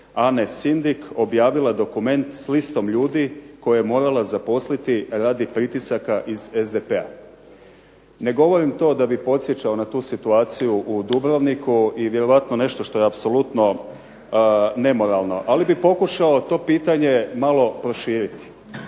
razumije./… objavila dokument s listom ljudi koje je morala zaposliti radi pritisaka iz SDP-a. Ne govorim to da bi podsjećao na tu situaciju u Dubrovniku i vjerojatno nešto što je apsolutno nemoralno. Ali bi pokušao to pitanje malo proširiti.